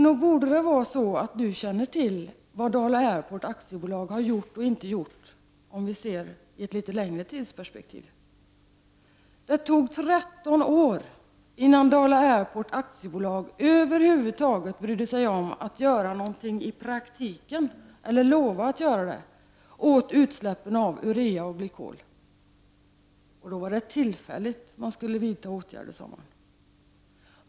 Nog borde Göran Engström känna till vad Dala Airport i ett längre tidsperspektiv har gjort och inte har gjort. Det tog 13 år innan Dala Airport AB över huvud taget brydde sig om att göra någonting i praktiken, eller lovade att göra det, åt utsläppen av urea och glykol, och då sade man att man tillfälligt skulle vidta åtgärder.